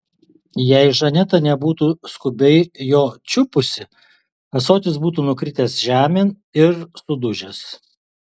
jei žaneta nebūtų skubiai jo čiupusi ąsotis būtų nukritęs žemėn ir sudužęs